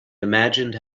imagined